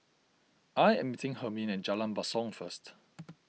I am meeting Hermine at Jalan Basong first